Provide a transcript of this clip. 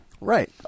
Right